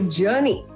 journey